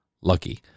Lucky